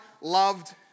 loved